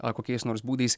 ar kokiais nors būdais